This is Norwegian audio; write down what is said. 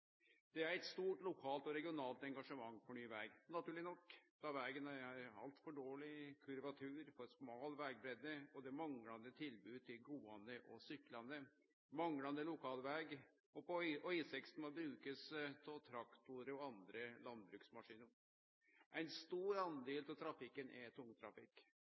Det er eit stort lokalt og regionalt engasjement for ny veg – naturleg nok – da vegen har altfor dårleg kurvatur, har for smal vegbreidd, og det er manglande tilbod til gåande og syklande. Det er manglande lokalveg, og E6 må brukast av traktorar og andre landbruksmaskiner. Ein stor del av trafikken er